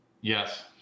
Yes